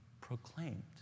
proclaimed